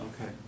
Okay